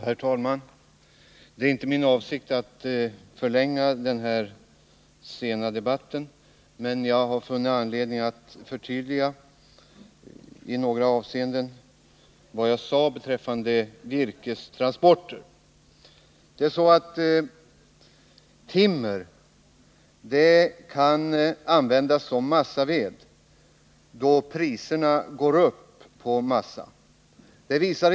Herr talman! Det är inte min avsikt att förlänga denna sena debatt, men jag har funnit anledning att i några avseenden förtydliga vad jag sade beträffande virkestransporter. Timmer kan användas som massaved då priserna på massa går upp.